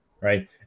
right